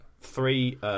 three